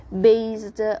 based